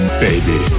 baby